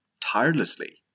tirelessly